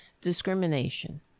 Discrimination